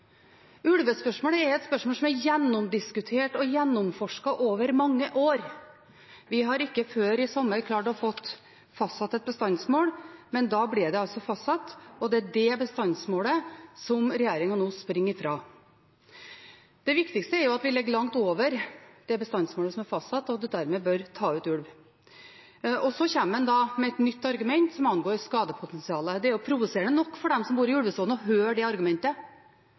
Ulvespørsmålet er et spørsmål som er gjennomdiskutert og gjennomforsket over mange år. Vi klarte ikke før i sommer å få fastsatt et bestandsmål, men da ble det altså fastsatt, og det er det bestandsmålet regjeringen nå springer ifra. Det viktigste er at vi ligger langt over bestandsmålet som er fastsatt, og at en dermed bør ta ut ulv. Så kommer en da med et nytt argument, som angår skadepotensialet. Det er provoserende nok for dem som bor i ulvesonen å høre det argumentet.